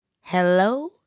hello